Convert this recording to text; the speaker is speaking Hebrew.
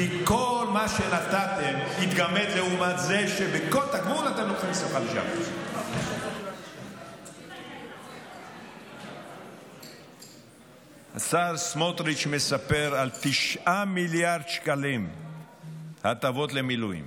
כי כל מה שנתתם מתגמד לעומת זה שבכל תגמול אתם לוקחים 25%. השר סמוטריץ' מספר על 9 מיליארד שקלים הטבות למילואים.